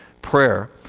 prayer